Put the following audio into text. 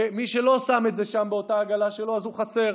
ומי שלא שם את זה שם באותה עגלה שלו אז הוא חסר.